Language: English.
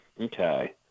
Okay